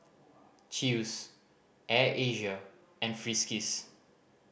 Chew's Air Asia and Friskies